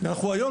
היום,